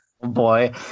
Boy